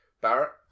Barrett